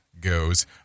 goes